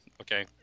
Okay